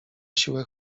siłę